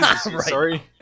Sorry